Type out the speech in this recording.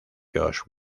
josh